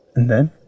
and then?